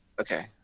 Okay